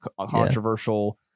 controversial